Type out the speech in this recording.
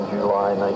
July